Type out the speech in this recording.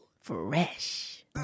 fresh